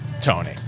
Tony